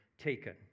taken